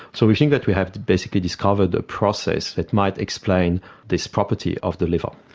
so we think that we have basically discovered a process that might explain this property of the liver.